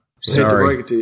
Sorry